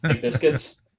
Biscuits